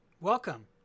Welcome